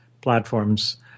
platforms